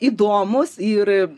įdomūs ir